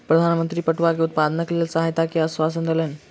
प्रधान मंत्री पटुआ के उत्पादनक लेल सहायता के आश्वासन देलैन